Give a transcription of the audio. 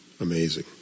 amazing